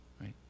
right